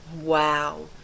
Wow